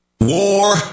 War